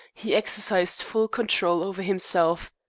he exercised full control over himself.